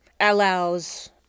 allows